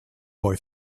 boy